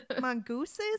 mongooses